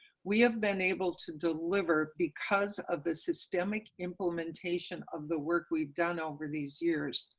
we have been able to deliver because of the systemic implementation of the work we've done over these years.